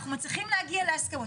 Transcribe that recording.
אנחנו מצליחים להגיע להסכמות.